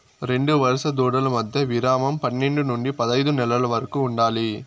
రెండు వరుస దూడల మధ్య విరామం పన్నేడు నుండి పదైదు నెలల వరకు ఉండాలి